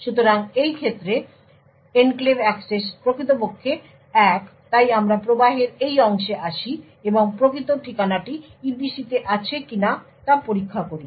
সুতরাং এই ক্ষেত্রে ছিটমহল অ্যাক্সেস প্রকৃতপক্ষে 1 তাই আমরা প্রবাহের এই অংশে আসি এবং প্রকৃত ঠিকানাটি EPC তে আছে কিনা তা পরীক্ষা করি